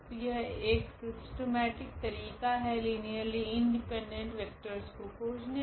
तो यह एक सिस्टमेटिक तरीका है लीनियरली इंडिपेंडेंट वेक्टरस को खोजने का